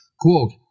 Quote